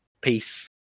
peace